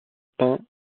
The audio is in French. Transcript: pain